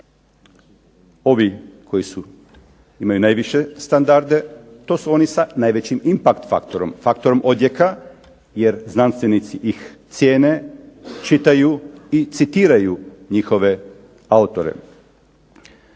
Ovi koji imaju najviše standarde to su oni sa najvećim impact faktorom, faktorom odjeka jer znanstvenici ih cijene, čitaju i citiraju njihove autore.